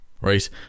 right